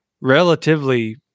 relatively